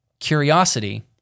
Curiosity